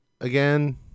again